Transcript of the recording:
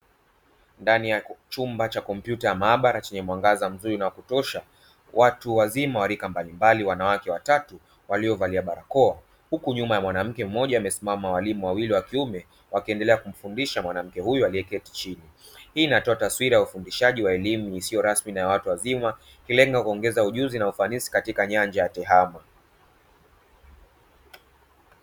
Ndani ya chumba cha kompyuta ya maabara chenye mwangaza mzuri na wa kutosha, watu wazima wa rika mbalimbali wanawake watatu waliovalia barakoa huku nyuma mwanamke mmoja amesimama na walimu wawili wa kiume wakiendelea kumfundisha mwanamke huyo alieketi chini. Hii inatoa taswira ya ufundishaji wa elimu isiyo rasmi na ya watu wazima ikilenga kuongeza ujuzi na ufanisi katika nyanja ya tehama.